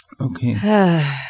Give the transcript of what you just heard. Okay